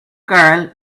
girl